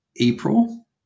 April